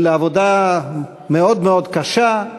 של עבודה מאוד מאוד קשה.